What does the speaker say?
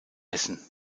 essen